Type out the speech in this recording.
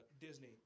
Disney